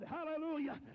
Hallelujah